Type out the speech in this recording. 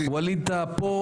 ווליד טאהא פה,